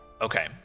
Okay